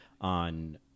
on